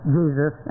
jesus